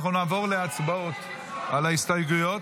אנחנו נעבור להצבעות על ההסתייגויות.